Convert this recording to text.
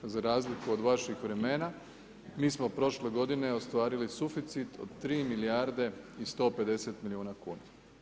Za razliku od vaših vremena mi smo prošle godine ostvarili suficit od 3 milijarde i 150 milijuna kuna.